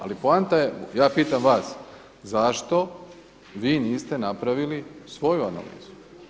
Ali poanta je ja pitam vas zašto vi niste napravili svoju analizu?